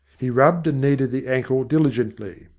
he rubbed and kneaded the ankle dili gently,